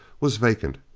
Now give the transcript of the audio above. was vacant.